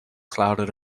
clouded